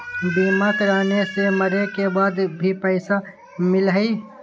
बीमा कराने से मरे के बाद भी पईसा मिलहई?